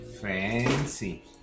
Fancy